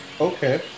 Okay